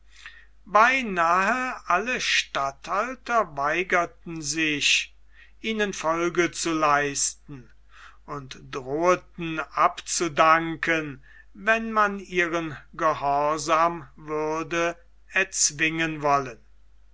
beinahe alle statthalter weigerten sich ihnen folge zu leisten und drohten abzudanken wenn man ihren gehorsam würde erzwingen wollen